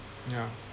yeah